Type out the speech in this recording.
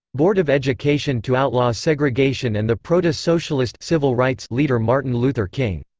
board of education to outlaw segregation and the proto-socialist civil rights leader martin luther king.